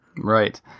Right